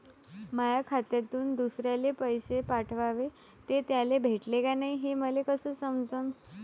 माया खात्यातून दुसऱ्याले पैसे पाठवले, ते त्याले भेटले का नाय हे मले कस समजन?